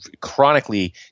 chronically